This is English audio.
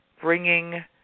bringing